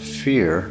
fear